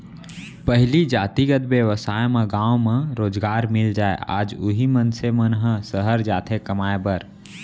पहिली जातिगत बेवसाय म गाँव म रोजगार मिल जाय आज उही मनसे मन ह सहर जाथे कमाए खाए बर